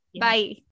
Bye